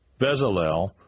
Bezalel